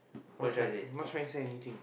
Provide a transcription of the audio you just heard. what try I'm not trying to say anything